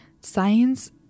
science